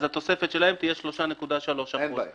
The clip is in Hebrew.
אז התוספת שלהם תהיה 3.3%. אין בעיה.